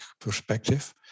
perspective